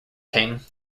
king